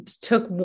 took